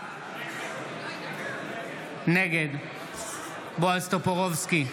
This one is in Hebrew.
נגד בועז טופורובסקי,